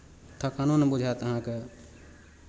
थकानो नहि बुझायत अहाँकेँ